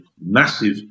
massive